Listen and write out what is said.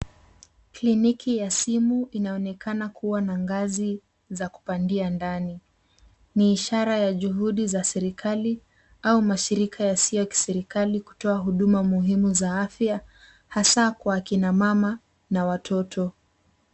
Kliniki ya simu inaonekana kuwa na ngazi za kupandia ndani. Ni ishara ya juhudi za serikali au mashirika yasiyo ya kiserikali kutoa huduma muhimu za afya hasa kwa akina mama na watoto.